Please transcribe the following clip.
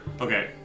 Okay